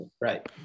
right